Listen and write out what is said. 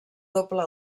doble